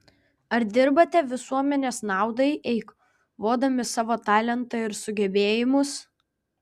ar dirbate visuomenės naudai eikvodami savo talentą ir sugebėjimus